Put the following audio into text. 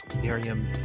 miriam